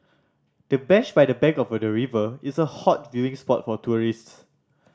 the bench by the bank of the river is a hot viewing spot for tourists